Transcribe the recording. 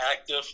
active